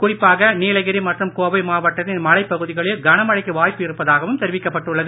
குறிப்பாக நீலகிரி மற்றும் கோவை மாவட்டத்தின் மலைப்பகுதிகளில் கனமழைக்கு வாய்ப்பு இருப்பதாகவும் தெரிவிக்கப்பட்டுள்ளது